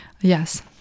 Yes